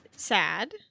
sad